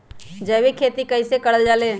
जैविक खेती कई से करल जाले?